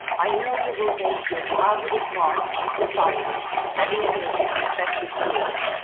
i know you will make your positive mark on society and in your respective fields,